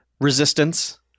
resistance